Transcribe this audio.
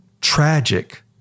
tragic